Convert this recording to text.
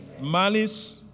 malice